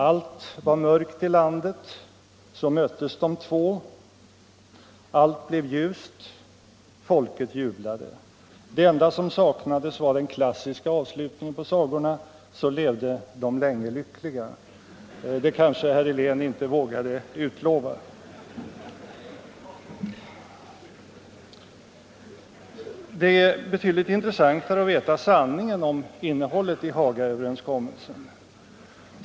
Allt var mörkt i landet. Så möttes de två. Allt blev ljust. Folket jublade. Det enda som saknades var den klassiska avslutningen på sagorna: Så levde de länge lyckliga. Det kanske herr Helén icke vågade utlova. Det är betydligt intressantare att veta sanningen om innehållet i Hagaöverenskommelsen.